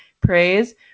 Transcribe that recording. praise